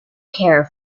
care